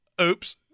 oops